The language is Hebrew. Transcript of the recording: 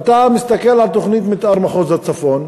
ואתה מסתכל על תוכנית מתאר מחוז הצפון